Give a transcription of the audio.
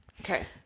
Okay